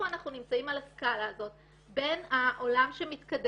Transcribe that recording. אנחנו נמצאים על הסקאלה הזאת בין העולם שמתקדם,